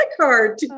card